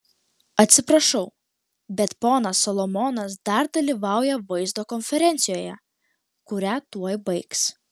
atsiprašau bet ponas solomonas dar dalyvauja vaizdo konferencijoje kurią tuoj baigs